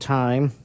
time